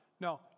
no